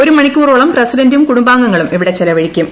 ഒരു മണിക്കൂറോളം പ്രസിഡന്റും കുടുംബാംഗങ്ങളും ഇവിടെ ചിലവഴിക്കും